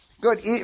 Good